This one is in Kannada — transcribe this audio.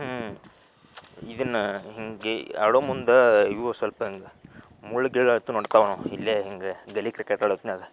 ಹ್ಞೂ ಇದನ್ನು ಹೀಗೆ ಆಡೊ ಮುಂದೆ ಇವು ಸ್ವಲ್ಪ ಹಿಂಗೆ ಮುಳ್ಳು ಗಿಳ್ಳು ಇಲ್ಲಿ ಹೀಗೆ ಗಲ್ಲಿ ಕ್ರಿಕೇಟ್ ಆಡೊತ್ನ್ಯಾಗ